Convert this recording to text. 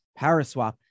Paraswap